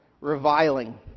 reviling